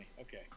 Okay